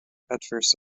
adverse